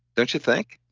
don't you think?